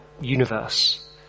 universe